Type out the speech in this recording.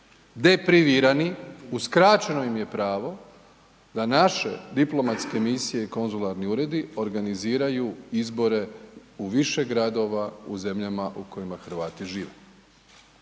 deprivirani, uskraćeno im je pravo da naše diplomatske misije i konzularni uredi organiziraju izbore u više gradova u zemljama u kojima Hrvati žive.